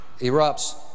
erupts